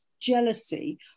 jealousy